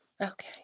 okay